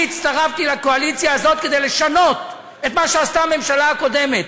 אני הצטרפתי לקואליציה הזאת כדי לשנות את מה שעשתה הממשלה הקודמת.